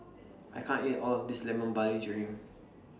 I can't eat All of This Lemon Barley Drink